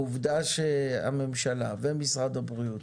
העובדה שהממשלה ומשרד הבריאות